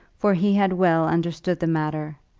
for he had well understood the matter,